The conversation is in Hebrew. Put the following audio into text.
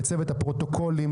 לצוות הפרוטוקולים,